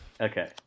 Okay